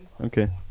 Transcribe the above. Okay